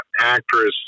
actress